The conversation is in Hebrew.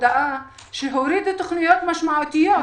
הודעה שהורידו תוכניות משמעותיות.